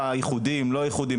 באיחודים לא איחודים,